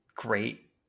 great